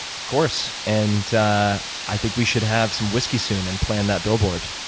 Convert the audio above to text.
of course. and i think we should have some whiskey soon and plan that billboard.